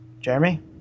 Jeremy